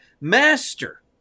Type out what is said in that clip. master